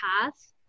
path